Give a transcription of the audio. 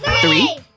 three